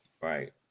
Right